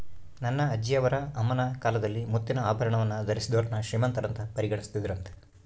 ನನ್ನ ಅಜ್ಜಿಯವರ ಅಮ್ಮನ ಕಾಲದಲ್ಲಿ ಮುತ್ತಿನ ಆಭರಣವನ್ನು ಧರಿಸಿದೋರ್ನ ಶ್ರೀಮಂತರಂತ ಪರಿಗಣಿಸುತ್ತಿದ್ದರಂತೆ